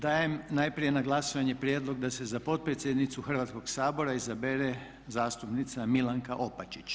Dajem najprije na glasovanje Prijedlog da se za potpredsjednicu Hrvatskoga sabora izabere zastupnica Milanka Opačić.